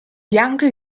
bianco